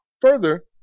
Further